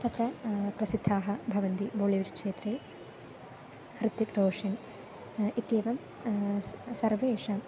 तत्र प्रसिद्धाः भवन्ति बोळिवु क्षेत्रे हृत्तिक्रोशन् इत्येवं सर्वेषाम्